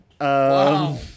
Wow